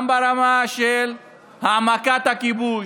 גם ברמה של העמקת הכיבוש,